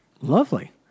Lovely